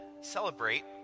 celebrate